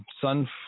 sun